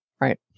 right